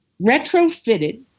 retrofitted